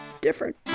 different